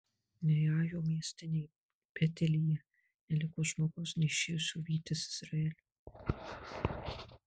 nei ajo mieste nei betelyje neliko žmogaus neišėjusio vytis izraelio